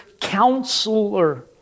counselor